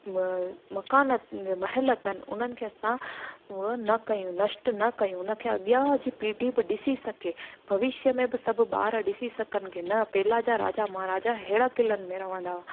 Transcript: म मकान महल अथनि उन्हनि खे असां उहे न कयूं नष्ट न कयूं उन्हनि खे अॻियां जी पीढ़ी ॿी ॾिसी सघे भविष्य में सभु ॿार ॾिसी सघनि कि न पहिरां जा राजा महाराजा अहिड़ा क़िलनि में रहंदा हुआ